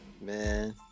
Man